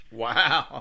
wow